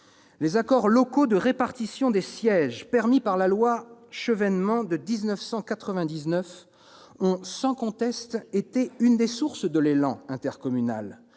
Les accords locaux de répartition des sièges permis par la loi Chevènement de 1999 ont sans conteste été l'une des sources de l'élan intercommunal,